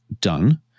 done